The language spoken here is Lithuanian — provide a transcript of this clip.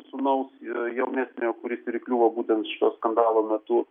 sūnaus a jaunesniojo kuris ir įkliuvo būtent šito skandalo metu